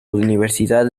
universidad